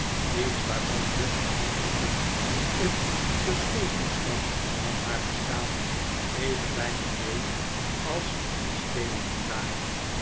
iets waarvan juffrouw twinkleton in den sehooltoestand van haar bestaan even weinig weet als een steenen pilaar